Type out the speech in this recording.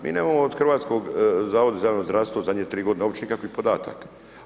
Mi nemamo od Hrvatskog zavoda za javno zdravstvo zadnje tri godine uopće nikakvih podataka.